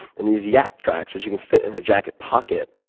and these yaktrax, which you can fit in a jacket pocket,